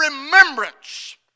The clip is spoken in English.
remembrance